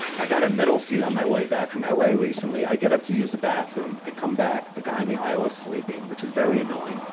i got a middle seat on my way back from l a. recently. i get up to use the bathroom. i come back. the guy in the aisle is sleeping, which is very annoying,